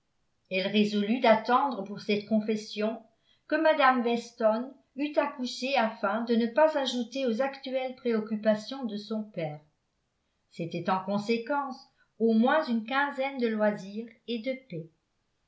elle résolut d'attendre pour cette confession que mme weston eut accouché afin de ne pas ajouter aux actuelles préoccupations de son père c'était en conséquence au moins une quinzaine de loisir et de paix